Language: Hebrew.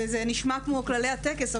וזה נשמע כמו כללי הטקס,